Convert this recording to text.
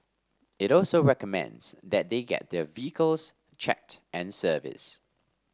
it also recommends that they get their vehicles checked and service